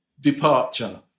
departure